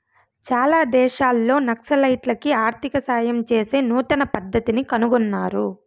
చాలా దేశాల్లో నక్సలైట్లకి ఆర్థిక సాయం చేసే నూతన పద్దతిని కనుగొన్నారు